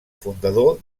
fundador